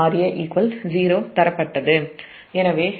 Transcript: எனவே இது '0'